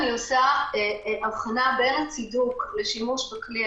אני רואה עושה אבחנה בין הצידוק לשימוש בכלי,